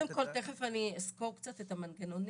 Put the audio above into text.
קודם כל, תכף אני אסקור קצת את המנגנונים.